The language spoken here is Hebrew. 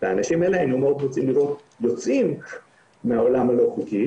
ואת האנשים האלה היינו מאוד רוצים לראות יוצאים מהעולם הלא חוקי